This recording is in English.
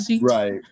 right